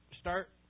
start